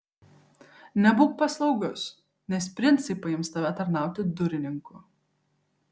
nebūk paslaugus nes princai paims tave tarnauti durininku